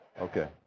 Okay